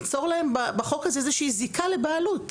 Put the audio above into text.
ניצור להם בחוק הזה איזושהי זיקה לבעלות.